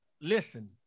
listen